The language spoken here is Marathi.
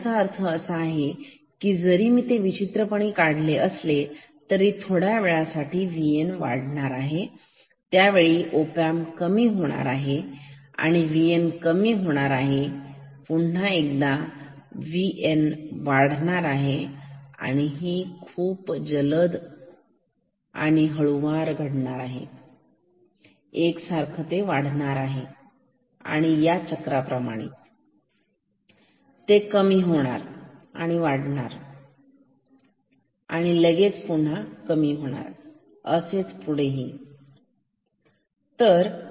माझा म्हणण्याचा अर्थ असा की जरी मी ते विचित्रपणे काढले आहे तरी थोड्यावेळासाठी VN वाढणार आहे त्यावेळी ओपॅम्प कमी होणार आहे VN कमी होणार आहे आणि पुन्हा VN वाढणार आहे ही खूप जलद आणि हळुवार घडणार आहे एक सारखा VN वाढणार आहे चक्राप्रमाणे तू कमी होणार आहे वाढणार आणि लगेच कमी होणार असेच पुढेही